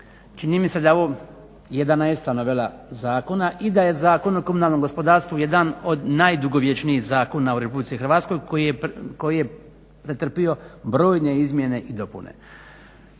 čini mi se da je ovo 11. novela zakona i da je Zakon o komunalnom gospodarstvu jedan od najdugovječnijih zakona u Republici Hrvatskoj, koji je pretrpio brojne izmjene i dopune.